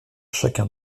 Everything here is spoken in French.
chacun